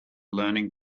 learning